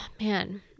man